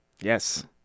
Yes